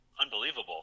unbelievable